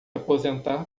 aposentar